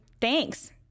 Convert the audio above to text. Thanks